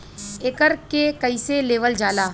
एकरके कईसे लेवल जाला?